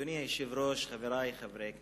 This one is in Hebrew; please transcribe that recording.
אדוני היושב-ראש, חברי חברי הכנסת,